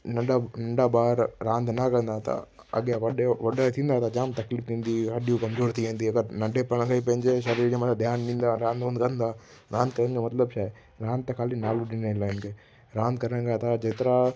नंढा नंढा ॿार रांदि न कंदा त अॻियां वड वॾा थींदा त जाम तकलीफ़ ईंदी हड्डियूं कमज़ोर थी वेंदी अगरि नंढेपिण खां ई पंहिंजे शरीर जे मथां ध्यानु ॾींदा रांदि रुंद कंदा रांदि करण जो मतिलब छा आहे रांदि त ख़ाली नालो ॾींदा आहिनि रांदि करण खां जेतिरा